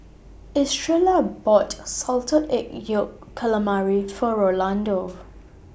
Estrella bought Salted Egg Yolk Calamari For Rolando